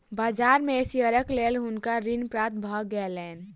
बाजार में शेयरक लेल हुनका ऋण प्राप्त भ गेलैन